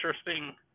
interesting